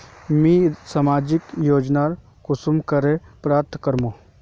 मुई सामाजिक योजना कुंसम करे प्राप्त करूम?